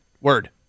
Word